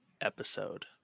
episode